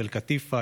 תל קטיפא,